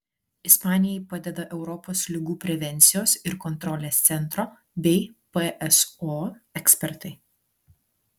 ispanijai padeda europos ligų prevencijos ir kontrolės centro bei pso ekspertai